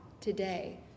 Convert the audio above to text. today